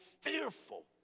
fearful